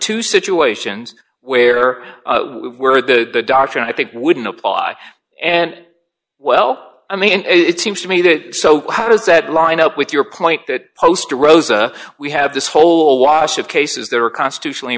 two situations where we're the doctor and i think wouldn't apply and well i mean it seems to me that so how does that line up with your point that poster rosa we have this whole wash of cases there are constitutionally